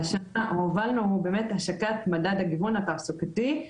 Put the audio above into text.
שהובלנו השנה הוא באמת השקת מדד הגיוון התעסוקתי,